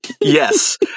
yes